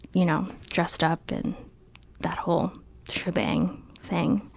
you know, dressed up and that whole shebang thing.